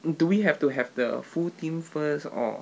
do we have to have the full team first or